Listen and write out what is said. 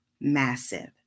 massive